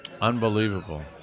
Unbelievable